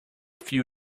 few